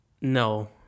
No